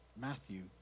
Matthew